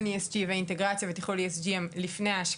ESG והאינטגרציה בתכלול ה-ESG הם לפני ההשקעה,